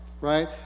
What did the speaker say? right